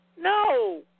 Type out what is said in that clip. no